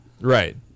right